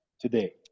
today